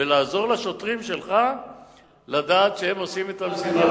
ולעזור לשוטרים שלך לדעת שהם עושים את המשימה הנכונה,